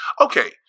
Okay